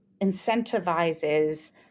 incentivizes